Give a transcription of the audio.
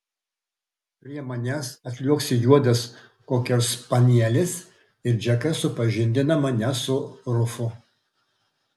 prie manęs atliuoksi juodas kokerspanielis ir džekas supažindina mane su rufu